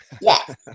yes